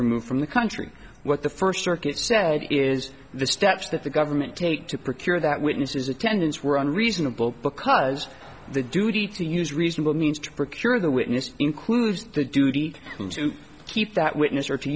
removed from the country what the first circuit said is the steps that the government take to procure that witnesses attendants were on reasonable because the duty to use reasonable means to procure the witness includes the duty to keep that witness or